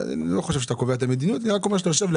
אני לא חושב שאתה קובע את המדיניות.